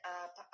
up